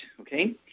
okay